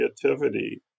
creativity